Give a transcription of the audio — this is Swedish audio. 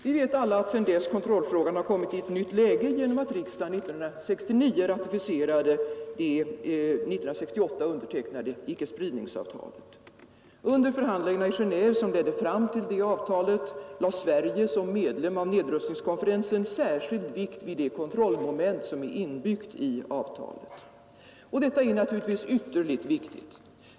Vi vet alla att kontrollfrågan sedan dess har kommit i ett nytt läge genom att riksdagen 1969 ratificerade det 1968 undertecknade ickespridningsavtalet. Under förhandlingarna i Genéve, som ledde fram till det avtalet, lade Sverige som medlem av nedrustningskonferensen särskild vikt vid det kontrollmoment som är inbyggt i avtalet. Och detta är naturligtvis ytterligt viktigt.